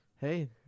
hey